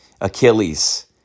Achilles